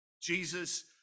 Jesus